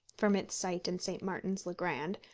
from its site in st. martin's le grand,